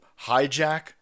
hijack